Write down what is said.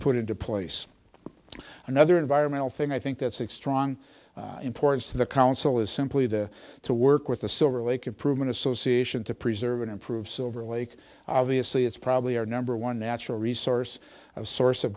put into place another environmental thing i think that's six trying importance to the council is simply the to work with the silver lake improvement association to preserve and improve silverlake obviously it's probably our number one natural resource a source of